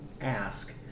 ask